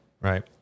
Right